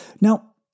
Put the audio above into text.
Now